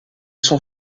sont